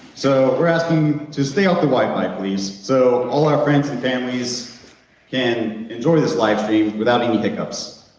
so we're asking to stay off the wi-fi please, so all our friends and families can enjoy this livestream without any hiccups.